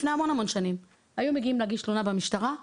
לפני המון שנים היו מגיעים להגיש תלונה במשטרה.